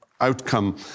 outcome